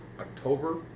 October